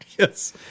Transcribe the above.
Yes